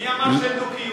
מי אמר שאין דו-קיום?